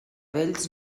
vells